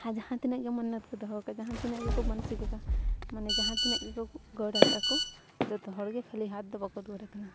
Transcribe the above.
ᱟᱨ ᱡᱟᱦᱟᱸ ᱛᱤᱱᱟᱹᱜ ᱜᱮ ᱢᱚᱱᱱᱟᱛ ᱠᱚ ᱫᱚᱦᱚ ᱟᱠᱟᱜ ᱡᱟᱦᱟᱸ ᱛᱤᱱᱟᱹᱜ ᱜᱮᱠᱚ ᱢᱟᱱᱥᱤᱠ ᱟᱠᱟᱫ ᱢᱟᱱᱮ ᱡᱟᱦᱟᱸ ᱛᱤᱱᱟᱹᱜ ᱜᱮᱠᱚ ᱜᱟᱹᱰ ᱟᱠᱟᱫᱟ ᱠᱚ ᱡᱚᱛᱚ ᱦᱚᱲᱜᱮ ᱠᱷᱟᱹᱞᱤ ᱦᱟᱛ ᱫᱚ ᱵᱟᱠᱚ ᱫᱩᱲᱩᱠ ᱠᱟᱱᱟ